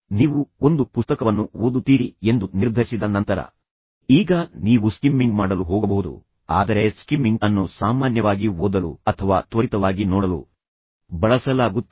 ನೀವು ಒಂದು ಪುಸ್ತಕವನ್ನು ಓದುತ್ತೀರಿ ಎಂದು ನಿರ್ಧರಿಸಿದ ನಂತರ ಈಗ ನೀವು ಸ್ಕಿಮ್ಮಿಂಗ್ ಮಾಡಲು ಹೋಗಬಹುದು ಆದರೆ ಸ್ಕಿಮ್ಮಿಂಗ್ ಅನ್ನು ಸಾಮಾನ್ಯವಾಗಿ ಓದಲು ಅಥವಾ ತ್ವರಿತವಾಗಿ ನೋಡಲು ಬಳಸಲಾಗುತ್ತದೆ